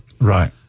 Right